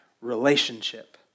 relationship